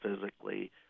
physically